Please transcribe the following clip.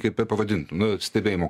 kaip bepavadint nu stebėjimo